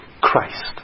Christ